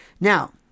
Now